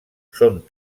són